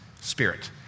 spirit